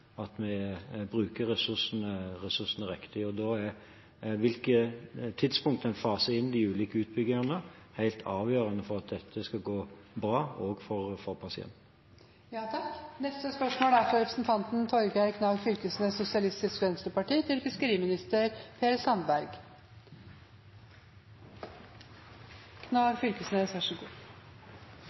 at de ulike faktorene kommer på plass på rett tidspunkt, slik at vi sikrer at vi bruker ressursene riktig. Og da er hvilke tidspunkt en faser inn de ulike utbyggingene, helt avgjørende for at dette skal gå bra, også for pasientene. «Islendingene er